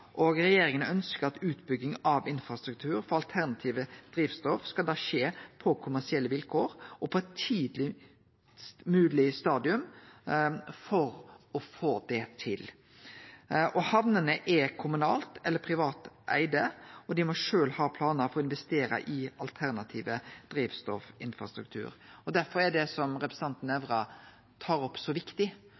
og regjeringa ønskjer at utbygging av infrastruktur for alternative drivstoff skal skje på kommersielle vilkår og på eit tidlegast mogleg stadium for å få det til. Hamnene er kommunalt eller privat eigde, og dei må sjølve ha planar for å investere i alternativ drivstoffinfrastruktur. Derfor er det som representanten Nævra tar opp, så viktig,